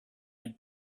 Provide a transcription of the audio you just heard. and